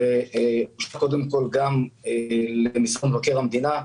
קודם כול למשרד מבקר המדינה.